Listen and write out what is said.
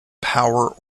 power